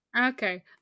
Okay